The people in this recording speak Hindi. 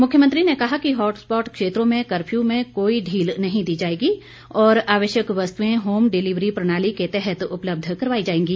मुख्यमंत्री ने कहा कि हॉटस्पॉट क्षेत्रों में कर्फ्यू में कोई ढील नहीं दी जाएगी और आवश्यक वस्तुएं होम डिलीवरी प्रणाली के तहत उपलब्ध करवाई जाएंगी